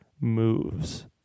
moves